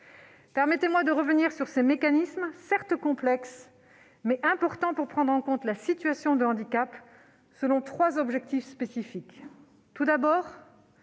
Permettez-moi de revenir sur ces mécanismes, certes complexes, mais importants pour prendre en compte la situation de handicap, selon trois objectifs spécifiques. Tout d'abord,